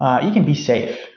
um you can be safe,